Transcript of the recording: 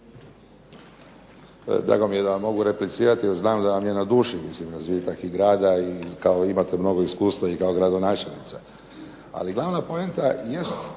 Drago mi je da vam mogu replicirati, jer znam da vam je na duši razvitak grada i kao imate mnogo iskustva kao gradonačelnica. Ali glavna poanta jest